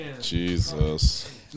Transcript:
Jesus